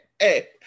hey